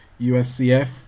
USCF